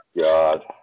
God